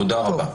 תודה רבה.